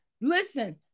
Listen